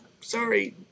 sorry